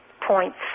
points